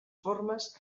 formes